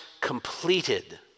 completed